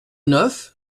neuf